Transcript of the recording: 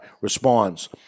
responds